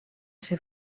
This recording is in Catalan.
ser